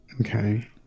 Okay